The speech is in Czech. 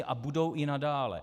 A budou i nadále.